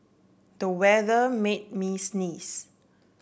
the weather made me sneeze